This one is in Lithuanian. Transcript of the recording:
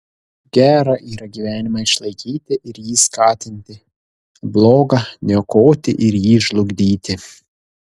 gera yra gyvenimą išlaikyti ir jį skatinti bloga niokoti ir jį žlugdyti